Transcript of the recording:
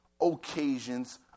occasions